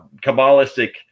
Kabbalistic